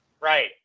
Right